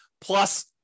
Plus